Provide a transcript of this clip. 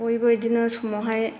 बयबो बिदिनो समावहाय